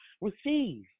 receive